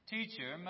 Teacher